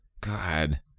God